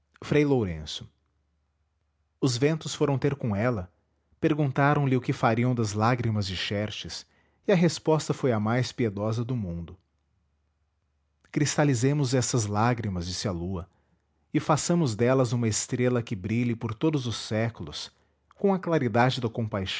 frei lourenço os ventos foram ter com ela perguntaram-lhe o que fariam das lágrimas de xerxes e a resposta foi a mais piedosa do mundo cristalizemos essas lágrimas disse a lua e façamos delas uma estrela que brilhe por todos os séculos com a claridade da